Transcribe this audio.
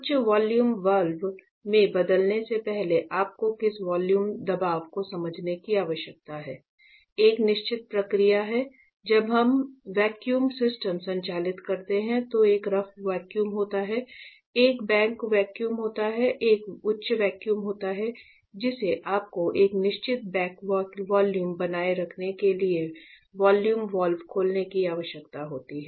उच्च vacuum valve में बदलने से पहले आपको किस वैक्यूम दबाव को समझने की आवश्यकता है एक निश्चित प्रक्रिया है जब हम वैक्यूम सिस्टम संचालित करते हैं तो एक रफ़ वैक्यूम होता है एक बैक वैक्यूम होता है एक उच्च वैक्यूम होता है जिसे आपको एक निश्चित बैक वैक्यूम बनाए रखने के बाद वैक्यूम वाल्व खोलने की आवश्यकता होती है